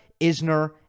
Isner